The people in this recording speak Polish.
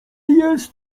jest